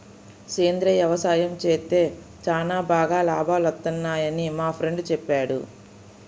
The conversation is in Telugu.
సేంద్రియ యవసాయం చేత్తే చానా బాగా లాభాలొత్తన్నయ్యని మా ఫ్రెండు చెప్పాడు